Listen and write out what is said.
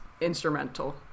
instrumental